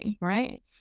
right